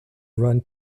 run